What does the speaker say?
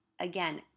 again